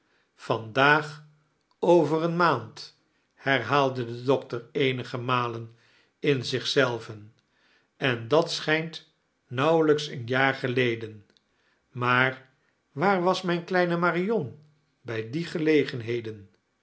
vandaag ovetr eene maand herhaalde de dokter eenige malen in zich zelven en dat schijnt nauwelijks een jaar geleden maar waar was mijn kleine marion bij die gelegenheden